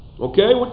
Okay